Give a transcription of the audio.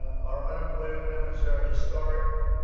our unemployment numbers are historic,